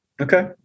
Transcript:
Okay